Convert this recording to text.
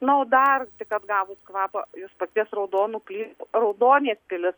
na o dar tik atgavus kvapą jus pakvies raudonų ply raudonės pilis